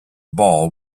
ball